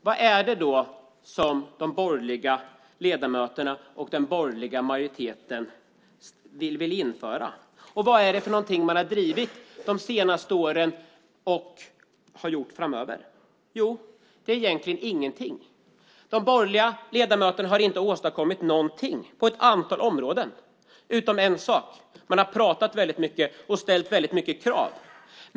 Vad är det då som de borgerliga ledamöterna och den borgerliga majoriteten vill införa? Vad är det som man har drivit de senaste åren och driver framöver? Det är egentligen ingenting. De borgerliga ledamöterna har inte åstadkommit någonting på ett antal områden. Man har pratat väldigt mycket och ställt väldigt många krav.